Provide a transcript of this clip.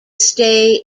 stay